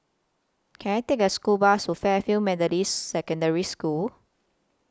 Can I Take A School Bus to Fairfield Methodist Secondary School